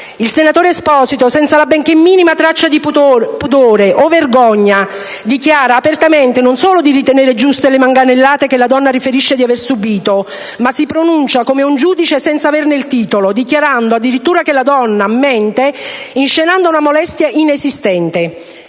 Il senatore Esposito, senza la benché minima traccia di pudore o vergogna, dichiara apertamente non solo di ritenere giuste le manganellate che la donna riferisce di aver subito, ma si pronuncia come un giudice senza averne il titolo, dichiarando addirittura che la donna mente, inscenando una molestia inesistente.